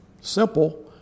Simple